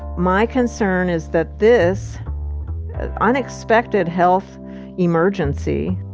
my concern is that this unexpected health emergency,